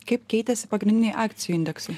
kaip keitėsi pagrindiniai akcijų indeksai